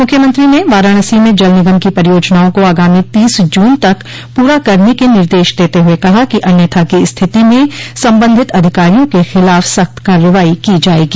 मुख्यमंत्री ने वाराणसी में जल निगम की परियोजनाओं को आगामी तीस जून तक पूरा करने के निर्देश देते हुए कहा कि अन्यथा की स्थिति में संबंधित अधिकारियों क खिलाफ सख्त कार्रवाई की जायेगी